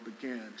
began